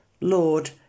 Lord